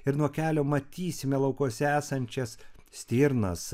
ir nuo kelio matysime laukuose esančias stirnas